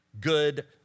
Good